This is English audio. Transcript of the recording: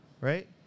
Right